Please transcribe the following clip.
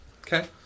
Okay